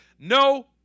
No